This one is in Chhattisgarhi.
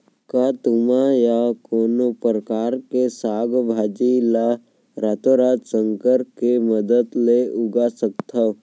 का तुमा या कोनो परकार के साग भाजी ला रातोरात संकर के मदद ले उगा सकथन?